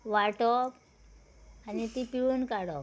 वांटप आनी ती पिळून काडप